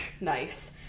Nice